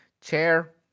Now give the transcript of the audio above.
Chair